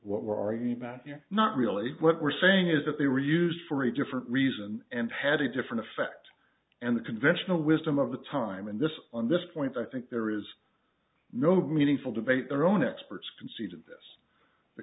about here not really what we're saying is that they were used for a different reason and had a different effect and the conventional wisdom of the time and this on this point i think there is no meaningful debate their own experts conceded this the